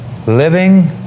Living